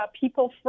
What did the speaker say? people